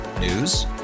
News